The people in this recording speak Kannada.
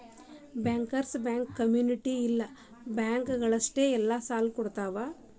ಬ್ಯಾಂಕರ್ಸ್ ಬ್ಯಾಂಕ್ ಕ್ಮ್ಯುನಿಟ್ ಇಲ್ಲ ಬ್ಯಾಂಕ ಗಳಿಗಷ್ಟ ಸಾಲಾ ಕೊಡ್ತಾವ